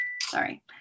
Sorry